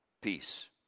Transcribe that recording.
peace